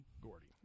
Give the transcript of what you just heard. Gordy